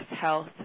Health